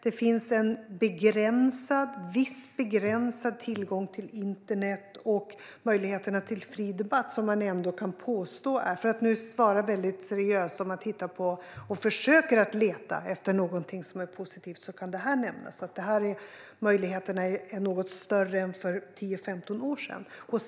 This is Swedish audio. Det finns en viss, begränsad tillgång till internet, och möjligheterna till fri debatt är något större än för 10-15 år sedan. Detta är ett försök att svara väldigt seriöst och leta efter något som är positivt, och då kan detta nämnas.